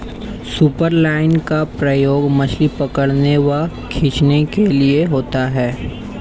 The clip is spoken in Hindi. सुपरलाइन का प्रयोग मछली पकड़ने व खींचने के लिए होता है